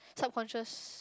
subconscious